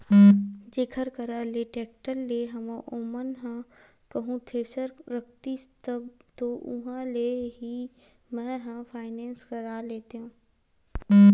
जेखर करा ले टेक्टर लेय हव ओमन ह कहूँ थेरेसर रखतिस तब तो उहाँ ले ही मैय फायनेंस करा लेतेव